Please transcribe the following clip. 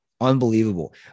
unbelievable